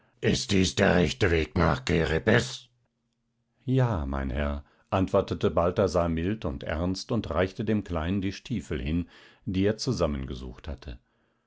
ist dies der rechte weg nach kerepes ja mein herr antwortete balthasar mild und ernst und reichte dem kleinen die stiefel hin die er zusammengesucht hatte